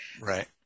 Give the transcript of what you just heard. Right